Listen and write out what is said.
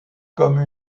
comme